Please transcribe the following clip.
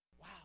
Wow